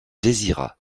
désirat